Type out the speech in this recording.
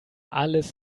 alles